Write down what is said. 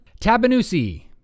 Tabanusi